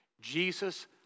Jesus